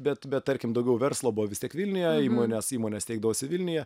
bet tarkim daugiau verslo buvo vis tiek vilniuje įmonės įmonės steigdavosi vilniuje